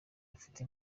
bafite